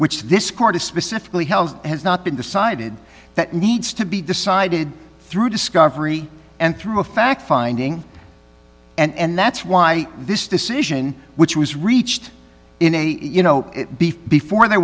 court is specifically held has not been decided that needs to be decided through discovery and through a fact finding and that's why this decision which was reached in a you know before there